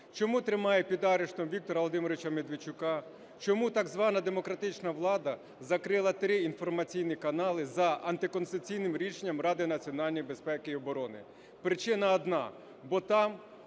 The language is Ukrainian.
чому тримає під арештом Віктора Володимировича Медведчука, чому так звана демократична влада закрила три інформаційні канали за антиконституційним рішенням Ради національної безпеки і оборони. Причина одна: